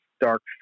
dark